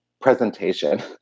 presentation